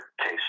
case